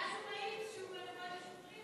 ואז הוא מאיץ כשהוא רואה את השוטרים?